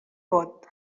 vot